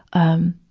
um,